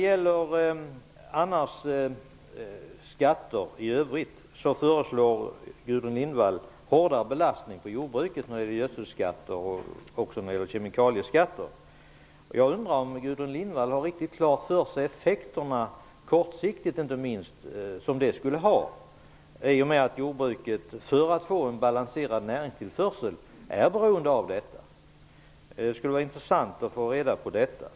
Gudrun Lindvall föreslår hårdare belastning på jordbruket när det gäller gödselskatter och kemikalieskatter. Jag undrar om Gudrun Lindvall har riktigt klart för sig vilka effekter det skulle få, inte minst kortsiktigt. För att få en balanserad näringstillförsel är jordbruket beroende av dessa. Det skulle vara intressant att få veta det.